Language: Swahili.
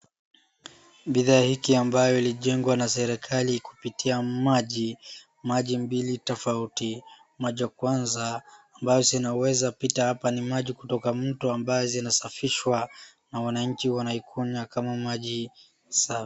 Bidhaa hiki ambayo ilijengwa na serikali kupitia maji. Maji mbili tofauti maji ya kwanza ambazo zinaweza pita hapa ni maji kutoka mto ambayo inasafishwa na wanainchi wanaikunywa kama maji safi.